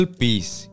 peace